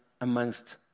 amongst